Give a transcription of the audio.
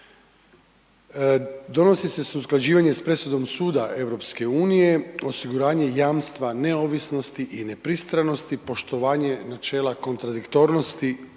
donosi se usklađivanje s presudom suda EU, osiguranje jamstva neovisnosti i nepristranosti, poštovanje načela kontradiktornosti